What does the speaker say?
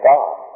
God